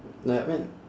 no I mean